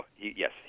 Yes